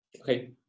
Okay